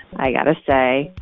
i got to say,